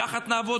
יחד נעבוד,